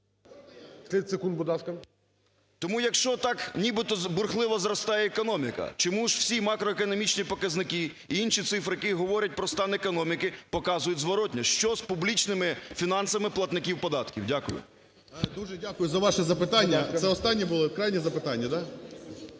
Тому якщо так нібито бурхливо зростає економіка, чому ж всі макроекономічні показники і інші цифри, які говорять про стан економіки, показують зворотнє? Що з публічними фінансами платників податків? Дякую. 11:06:26 ГРОЙСМАН В.Б. Дуже дякую за вашу запитання. Це останнє було крайнє запитання, так.